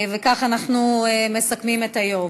וכך אנחנו מסכמים את היום.